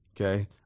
okay